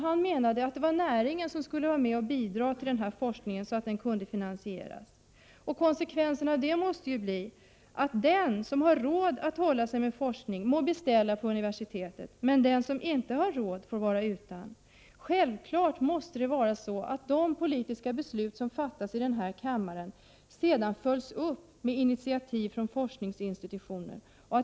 Han menade att det skulle vara näringen som skulle bidra till att denna forskning kunde finansieras. Konsekvenserna måste bli att den som har råd med forskning må beställa sådan vid universitetet, men den som inte har råd får vara utan. Självfallet måste de politiska beslut som fattas i denna kammare sedan följas upp med initiativ från forskningsinstitutioner.